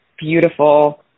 beautiful